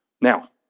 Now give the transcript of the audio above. Now